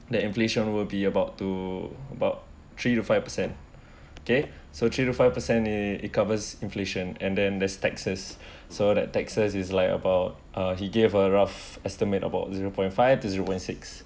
that inflation will be about to about three to five percent okay so three to five percent it it covers inflation and then there's taxes so that taxes is like about uh he gave a rough estimate about zero point five to zero point six